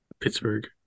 Pittsburgh